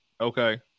Okay